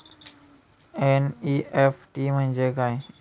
NEFT म्हणजे काय?